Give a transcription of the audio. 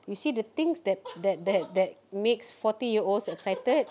you see the things that that that that makes forty year olds excited